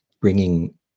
bringing